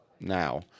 now